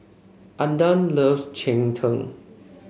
Aydan loves Cheng Tng